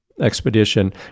Expedition